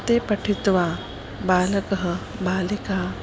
तानि पठित्वा बालकः बालिका